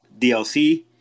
DLC